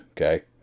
okay